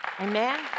Amen